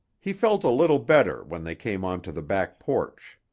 he felt a little better when they came onto the back porch.